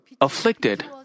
afflicted